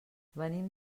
venim